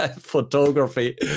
photography